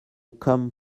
come